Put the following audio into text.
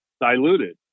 diluted